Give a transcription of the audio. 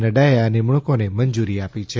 નઙાએ આ નિમણૂંકોને મંજૂરી આપી છે